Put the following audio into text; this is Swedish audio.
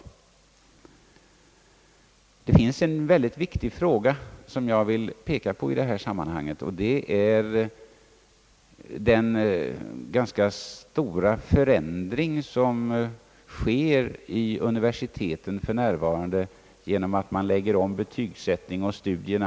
Jag vill i detta sammanhang peka på en synnerligen viktig fråga, nämligen den ganska stora förändring som för närvarande håller på att ske i universitetsutbildningen genom omläggningen av betygsättning och studiegång.